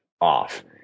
off